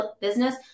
business